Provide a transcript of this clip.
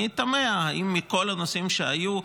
אני תמה אם מכל הנושאים שהיו,